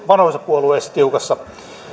vanhoissa puolueissa tiukassa